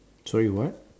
sorry what